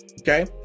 okay